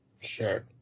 Sure